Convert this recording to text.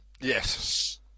Yes